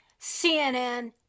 CNN